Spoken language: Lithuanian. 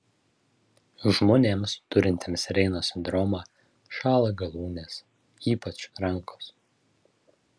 žmonėms turintiems reino sindromą šąla galūnės ypač rankos